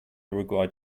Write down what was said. uruguay